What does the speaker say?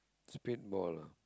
it's a bit bald lah